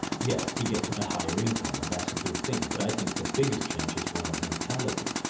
yeah he gets a higher income and that's a good thing, but i think the biggest change is one of mentality.